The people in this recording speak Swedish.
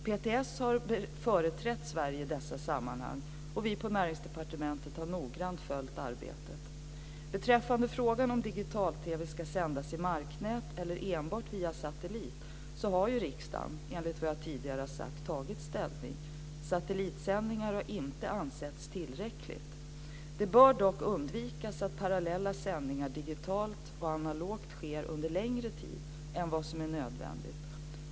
PTS har företrätt Sverige i dessa sammanhang, och vi på Näringsdepartementet har noggrant följt arbetet. Beträffande frågan om digital-TV ska sändas i marknät eller enbart via satellit har riksdagen, enligt vad jag tidigare har sagt, tagit ställning. Satellitsändningar har inte ansetts tillräckligt. Det bör dock undvikas att parallella sändningar digitalt och analogt sker under längre tid än vad som är nödvändigt.